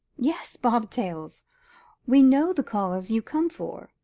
yes bob-tails we know the cause you come for,